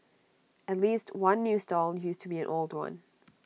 at least one new stall used to be an old one